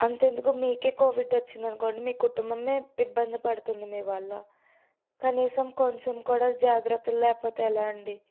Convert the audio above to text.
అంత ఎందుకు మీకే కోవిడ్ వచ్చింది అనుకోండి మీ కుటుంబమే ఇబ్బంది పడుతుంది మీ వల్ల కనీసం కొంచెం కూడా జాగ్రత్తల్లేకపోతే ఎలా అండి